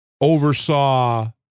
oversaw